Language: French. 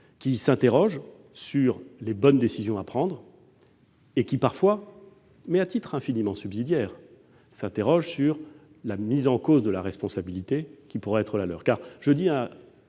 qui s'interrogent sur les bonnes décisions à prendre. Quelquefois, mais à titre infiniment subsidiaire, ils se posent aussi des questions sur la mise en cause de la responsabilité qui pourrait être la leur.